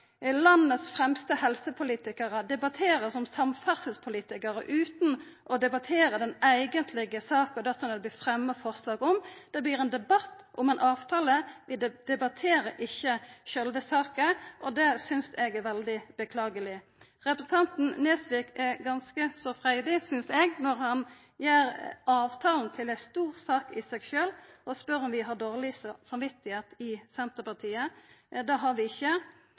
landets fremste helsepolitikarar som samferdselspolitikarar utan å debattera den eigentlege saka – det som det blir fremja forslag om. Det blir ein debatt om ein avtale. Vi debatterer ikkje sjølve saka, og det synest eg er veldig beklageleg. Representanten Nesvik er ganske freidig, synest eg, når han gjer avtalen til ei stor sak i seg sjølv og spør om vi har dårleg samvit i Senterpartiet. Det har vi ikkje.